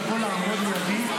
לבוא לעמוד לידי,